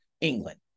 England